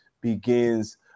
begins